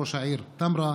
ראש העיר טמרה,